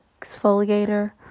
exfoliator